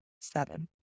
Seven